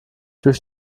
durch